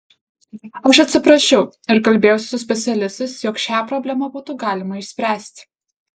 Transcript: aš atsiprašiau ir kalbėjausi su specialistais jog šią problemą būtų galima išspręsti